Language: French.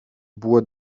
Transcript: bois